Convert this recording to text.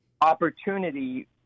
opportunity